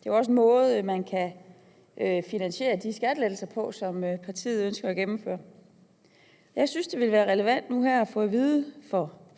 Det er jo også en måde, man kan finansiere de skattelettelser på, som partiet ønsker at gennemføre. Jeg synes, det ville være relevant